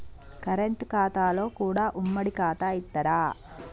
Current ఖాతాలో కూడా ఉమ్మడి ఖాతా ఇత్తరా?